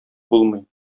булмый